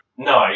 No